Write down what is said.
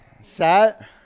Set